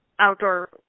outdoor